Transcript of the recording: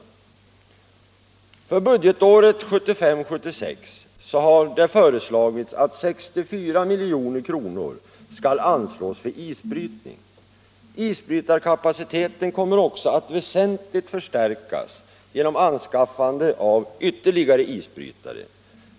För budgetåret 1975/76 har föreslagits att 64 milj.kr. skall anslås till isbrytning. Isbrytarkapaciteten kommer också väsentligt att förstärkas genom anskaffandet av ytterligare isbrytare.